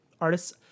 artists